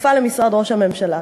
הכפופה למשרד ראש הממשלה.